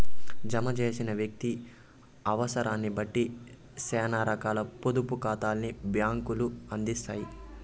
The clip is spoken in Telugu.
జమ చేసిన వ్యక్తి అవుసరాన్నిబట్టి సేనా రకాల పొదుపు కాతాల్ని బ్యాంకులు అందిత్తాయి